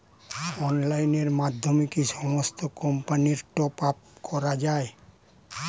অনলাইনের মাধ্যমে কি সমস্ত কোম্পানির টপ আপ করা যায়?